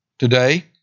Today